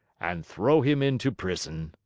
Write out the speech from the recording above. and throw him into prison.